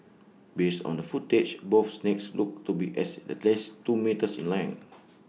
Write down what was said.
based on the footage both snakes looked to be as at least two metres in length